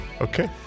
Okay